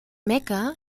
mekka